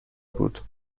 بود